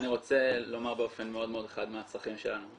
אני רוצה לומר באופן מאוד מאוד חד מהצרכים שלנו.